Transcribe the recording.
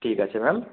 ঠিক আছে ম্যাম